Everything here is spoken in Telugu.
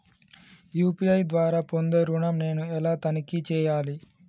యూ.పీ.ఐ ద్వారా పొందే ఋణం నేను ఎలా తనిఖీ చేయాలి?